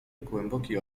głęboki